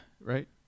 Right